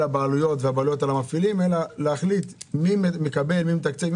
הבעלויות והבעלויות על המפעילים אלא להחליט מי מתקל תקציב.